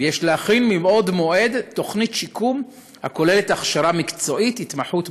ויש להכין מבעוד מועד תוכנית שיקום הכוללת הכשרה מקצועית,